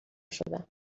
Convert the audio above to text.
شدم